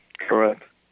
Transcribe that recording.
Correct